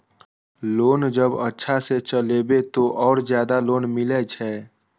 Loan जब अच्छा से चलेबे तो और ज्यादा लोन मिले छै?